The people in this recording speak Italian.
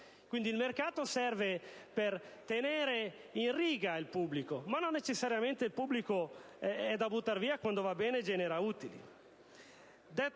il mercato serve per tenere in riga il pubblico, ma non necessariamente il pubblico è da buttar via quando va bene e genera utili.